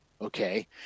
Okay